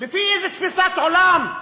לפי איזה תפיסת עולם?